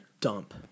Dump